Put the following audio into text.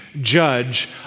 judge